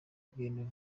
bwemewe